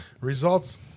Results